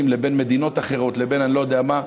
לבין מדינות אחרות לבין אני לא יודע מה.